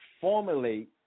formulate